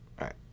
right